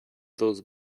those